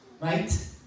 Right